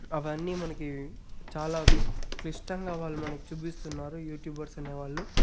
అవన్నీ మనకి చాలా క్లిష్టంగా వాళ్ళు మనకి చూపిస్తున్నారు యూట్యూబర్స్ అనే వాళ్ళు